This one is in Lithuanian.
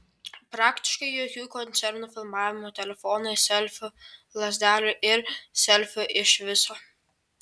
praktiškai jokių koncertų filmavimų telefonais selfių lazdelių ir selfių iš viso